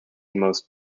most